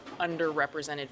underrepresented